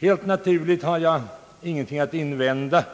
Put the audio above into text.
Helt naturligt har jag inget att invända